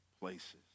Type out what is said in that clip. places